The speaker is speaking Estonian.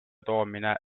toomine